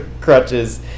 crutches